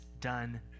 done